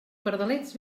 pardalets